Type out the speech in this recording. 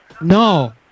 No